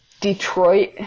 Detroit